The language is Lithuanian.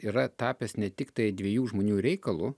yra tapęs ne tiktai dviejų žmonių reikalu